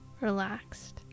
relaxed